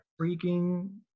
freaking